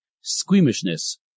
Squeamishness